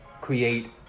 create